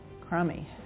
crummy